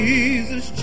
Jesus